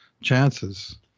chances